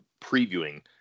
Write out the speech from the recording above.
previewing